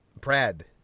Brad